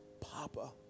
Papa